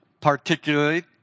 particularly